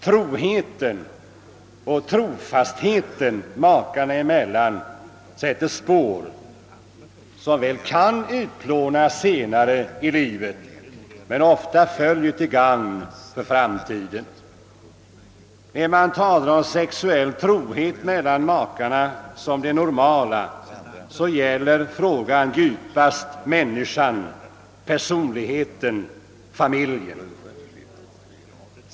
Troheten och trofastheten makarna emellan sätter spår som väl kan utplånas senare i livet men som ofta blir varaktiga, till gagn för framtiden. När man talar om sexuell trohet mellan makarna som det normala så gäller frågan djupast människan, personligheten, familjen.